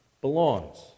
belongs